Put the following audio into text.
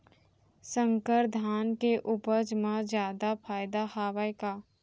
संकर धान के उपज मा जादा फायदा हवय का?